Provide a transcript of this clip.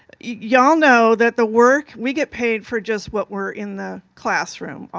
y'all know that the work we get paid for just what we're in the classroom,